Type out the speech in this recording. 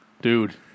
Dude